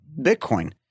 bitcoin